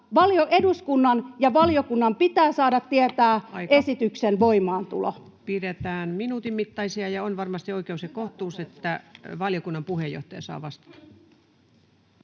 eduskunnan ja valiokunnan pitää saada tietää [Puhemies: Aika!] esityksen voimaantulo. Pidetään minuutin mittaisia. — Ja on varmasti oikeus ja kohtuus, että valiokunnan puheenjohtaja saa vastata.